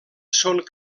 són